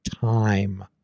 time